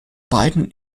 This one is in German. beiden